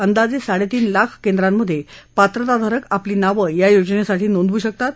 अंदाजे साडेतीन लाख केंद्रांमधे पात्रताधारक आपली नावं या योजनेसाठी नोंदवू शकतात